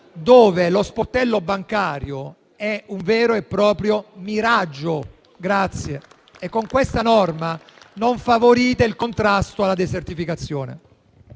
dove lo sportello bancario è un vero e proprio miraggio. E con questa norma non favorite il contrasto alla desertificazione.